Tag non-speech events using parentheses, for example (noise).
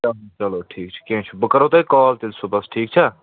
(unintelligible) چلو ٹھیٖک چھُ کیٚنٛہہ چھُ بہٕ کَرو تۄہہِ کال تیٚلہِ صُبحس ٹھیٖک چھےٚ